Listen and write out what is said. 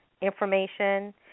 information